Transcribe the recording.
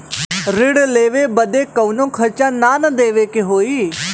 ऋण लेवे बदे कउनो खर्चा ना न देवे के होई?